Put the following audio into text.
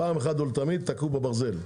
פעם אחת ולתמיד תכו בברזל.